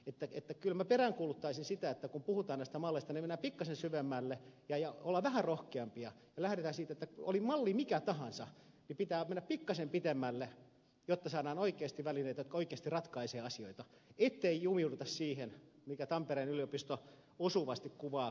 kyllä minä peräänkuuluttaisin sitä että kun puhutaan näistä malleista niin mennään pikkasen syvemmälle ja ollaan vähän rohkeampia ja lähdetään siitä että oli malli mikä tahansa niin pitää mennä pikkasen pitemmälle jotta saadaan oikeasti välineitä jotka oikeasti ratkaisevat asioita ettei jumiuduta siten kuin tampereen yliopisto osuvasti koko tätä keskustelua kuvaa